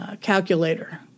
calculator